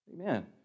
Amen